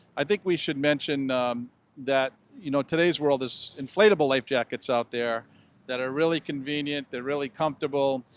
i think we should mention that you know, today's world, there's inflatable life jackets out there that are really convenient. they're really comfortable.